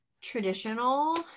traditional